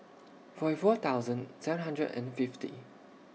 forty four thousand seven hundred and fifty